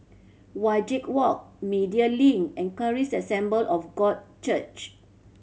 Wajek Walk Media Link and Charis Assembly of God Church